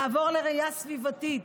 לעבור לראייה סביבתית,